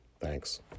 Thanks